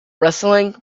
wrestling